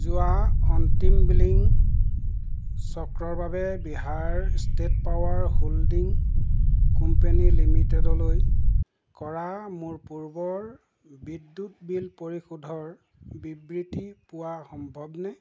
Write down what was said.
যোৱা অন্তিম বিলিং চক্ৰৰ বাবে Bihar state power holding company লিমিটেডলৈ কৰা মোৰ পূৰ্বৰ বিদ্যুৎ বিল পৰিশোধৰ বিবৃতি পোৱা সম্ভৱনে